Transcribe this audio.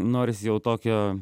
norisi jau tokio